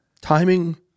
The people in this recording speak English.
Timing